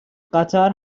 قطر